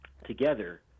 together